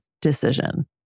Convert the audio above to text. Decision